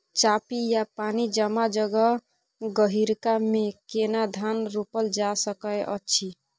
चापि या पानी जमा जगह, गहिरका मे केना धान रोपल जा सकै अछि?